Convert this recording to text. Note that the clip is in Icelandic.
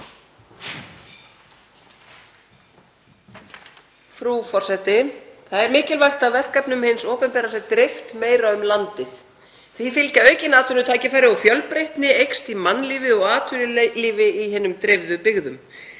Það er mikilvægt að verkefnum hins opinbera sé dreift meira um landið. Því fylgja aukin atvinnutækifæri og fjölbreytni eykst í mannlífi og atvinnulífi í hinum dreifðu byggðum.